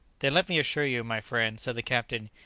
then, let me assure you, my friend, said the captain,